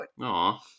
Aww